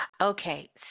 Okay